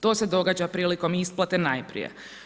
To se događa prilikom isplate najprije.